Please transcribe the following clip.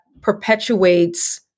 perpetuates